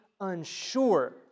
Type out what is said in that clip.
unsure